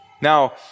Now